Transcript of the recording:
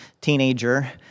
teenager